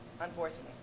unfortunately